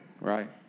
Right